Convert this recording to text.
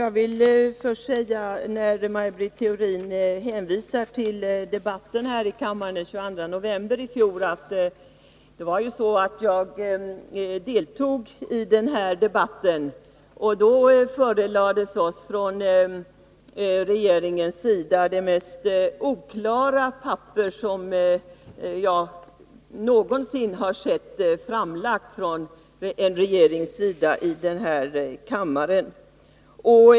Herr talman! Maj Britt Theorin hänvisar till debatten här i kammaren den 22 november i fjol. Jag deltog i den debatten, och då förelades oss från regeringens sida det mest oklara papper som jag någonsin i denna kammare har sett framläggas av en regering.